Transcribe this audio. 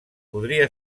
podria